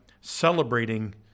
celebrating